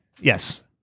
Yes